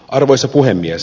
arvoisa puhemies